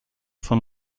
von